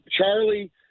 Charlie